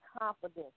confidence